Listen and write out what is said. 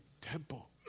temple